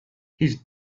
his